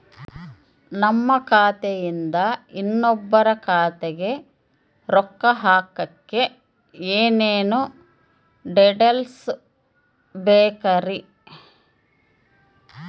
ನಮ್ಮ ಖಾತೆಯಿಂದ ಇನ್ನೊಬ್ಬರ ಖಾತೆಗೆ ರೊಕ್ಕ ಹಾಕಕ್ಕೆ ಏನೇನು ಡೇಟೇಲ್ಸ್ ಬೇಕರಿ?